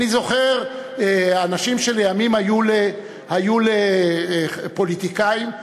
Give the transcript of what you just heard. אני זוכר אנשים שלימים היו לפוליטיקאים,